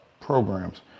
programs